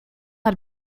has